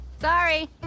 Sorry